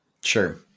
Sure